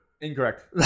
incorrect